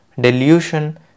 delusion